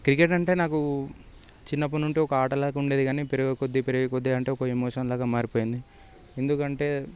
cricket అంటే నాకు చిన్నప్పటి నుండి ఒక ఆటలాగా ఉండేది కానీ పెరిగే కొద్దీ పెరిగే కొద్దీ అంటే ఒక ఎమోషన్ లాగా మారిపోయింది ఎందుకంటే